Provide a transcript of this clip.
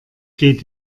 geht